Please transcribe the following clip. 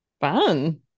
fun